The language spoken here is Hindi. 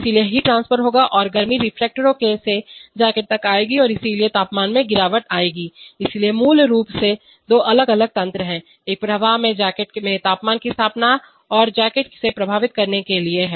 इसलिए हीट ट्रांसफर होगा और गर्मी रिएक्टर से जैकेट तक आएगी और इसलिए तापमान में गिरावट आएगी इसलिए मूल रूप से दो अलग अलग तंत्र हैं एक प्रवाह से जैकेट में तापमान की स्थापना और जैकेट से प्रभावित करने के लिए है